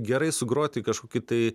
gerai sugroti kažkokį tai